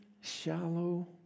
shallow